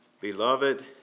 Beloved